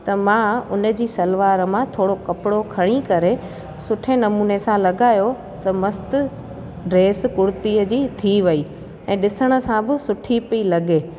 त मां उन जी सलवार मां थोरो कपिड़ो खणी करे सुठे नमूने सां लॻायो त मस्तु ड्रैस कुर्तीअ जी थी वई ऐं ॾिसण सां बि सुठी पई लॻे